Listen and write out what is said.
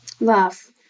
Love